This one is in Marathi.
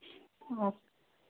हो